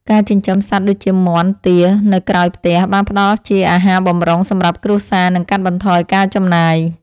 ការចិញ្ចឹមសត្វដូចជាមាន់ ទា នៅក្រោយផ្ទះបានផ្ដល់ជាអាហារបម្រុងសម្រាប់គ្រួសារ និងកាត់បន្ថយការចំណាយ។